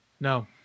No